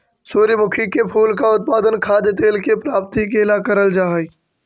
सूर्यमुखी के फूल का उत्पादन खाद्य तेल के प्राप्ति के ला करल जा हई